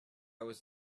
was